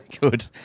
good